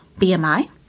BMI